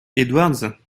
edwards